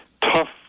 tough